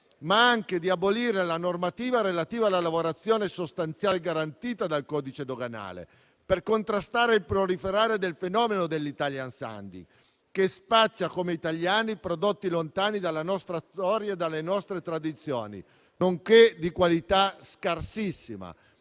ma anche di abolire la normativa relativa alla lavorazione sostanziale garantita dal codice doganale, per contrastare il proliferare del fenomeno dell'*italian sounding*, che spaccia come italiani prodotti lontani dalla nostra storia e dalle nostre tradizioni, nonché di qualità scarsissima.